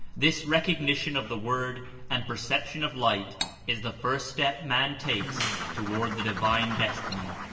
this recognition of the word and perception of light is the first step man takes toward the divine destiny,